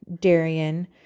Darian